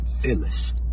Phyllis